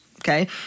Okay